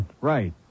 Right